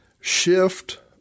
shift